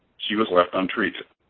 she was left untreated.